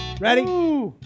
Ready